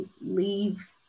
leave